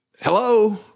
hello